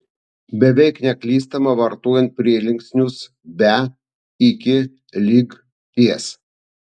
beveik neklystama vartojant prielinksnius be iki lig ties